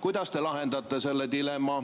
Kuidas te lahendate selle dilemma?